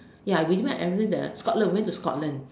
ya we didn't went Ireland the Scotland went to Scotland